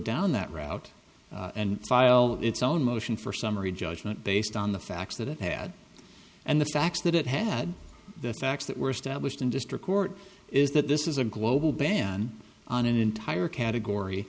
down that route and file its own motion for summary judgment based on the facts that it had and the facts that it had the facts that were stablished in district court is that this is a global ban on an entire category